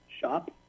Shop